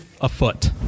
afoot